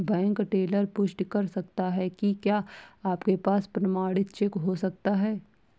Bank teller पुष्टि कर सकता है कि क्या आपके पास प्रमाणित चेक हो सकता है?